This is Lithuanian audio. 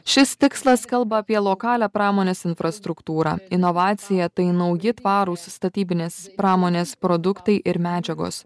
šis tikslas kalba apie lokalią pramonės infrastruktūrą inovacija tai nauji tvarūs statybinės pramonės produktai ir medžiagos